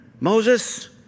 Moses